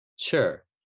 Sure